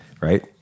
right